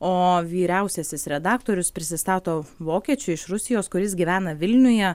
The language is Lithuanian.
o vyriausiasis redaktorius prisistato vokiečiu iš rusijos kuris gyvena vilniuje